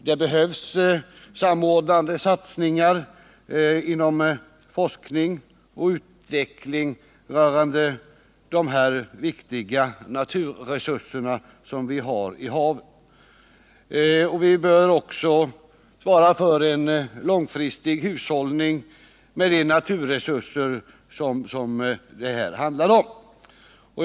Det behövs samordnade satsningar inom forskning och utveckling rörande de viktiga naturresurser som finns i haven. Vi bör också svara för en långfristig hushållning med de naturresurser som det här handlar om.